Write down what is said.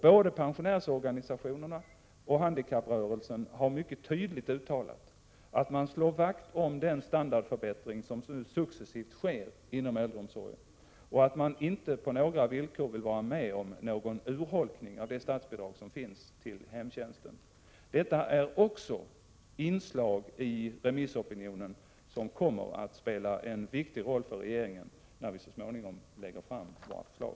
Både pensionärsorganisationerna och handikapprörelsen har mycket tydligt uttalat att de slår vakt om den standardförbättring som successivt sker inom äldreomsorgen och att de inte på några villkor vill vara med om en urholkning av det nuvarande statsbidraget till hemtjänsten. Detta är också inslag i remissopinionen som kommer att spela en viktig roll för regeringen när den så småningom lägger fram sina förslag.